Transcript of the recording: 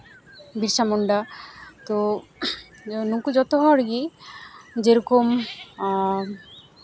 ᱵᱤᱨᱥᱟ ᱢᱩᱱᱰᱟ ᱛᱳ ᱱᱩᱠᱩ ᱡᱚᱛᱚ ᱦᱚᱲᱜᱮ ᱡᱮᱨᱚᱠᱚᱢ